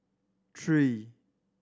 three